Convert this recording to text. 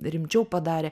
rimčiau padarė